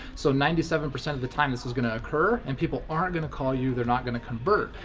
so, ninety seven percent of the time, this is gonna occur and people aren't gonna call you. they're not gonna convert.